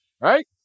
right